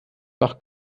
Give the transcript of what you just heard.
nach